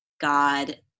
God